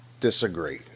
disagree